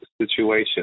situation